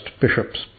bishops